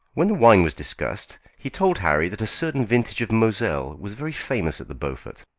when the wine was discussed he told harry that a certain vintage of moselle was very famous at the beaufort.